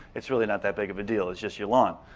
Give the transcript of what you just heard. it's really not that big of a deal, it's just your lawn.